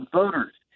voters